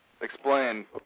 Explain